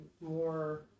more